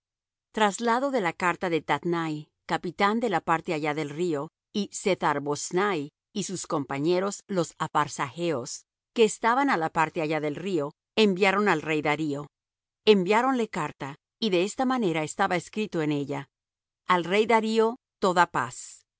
traslado de la carta que tatnai capitán de la parte allá del río y sethar boznai y sus compañeros los apharsachos que estaban á la parte allá del río enviaron al rey darío enviáronle carta y de esta manera estaba escrito en ella al rey darío toda paz